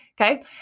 okay